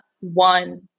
one